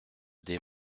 des